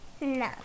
No